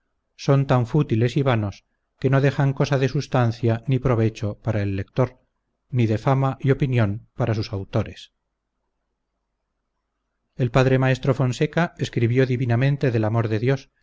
son tan fútiles y vanos que no dejan cosa de sustancia ni provecho para el lector ni de fama y opinión para sus autores el padre maestro fonseca escribió divinamente del amor de dios